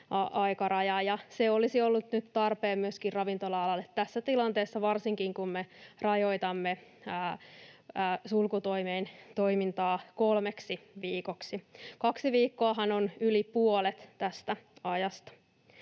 se olisi ollut nyt tarpeen ravintola-alalle myöskin tässä tilanteessa varsinkin, kun me rajoitamme sulkutoimin toimintaa kolmeksi viikoksi. Kaksi viikkoahan on yli puolet tästä ajasta.